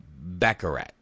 Baccarat